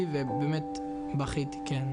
אבל באמת אין כמוך נלחמת עבורם.